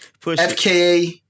FKA